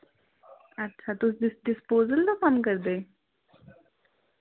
अच्छा तुस dis disposal दा कम्म करदे